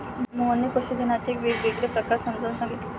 मोहनने पशुधनाचे वेगवेगळे प्रकार समजावून सांगितले